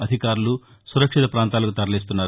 అధికారులు సురక్షిత పాంతాలకు తరలిస్తున్నారు